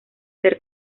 ser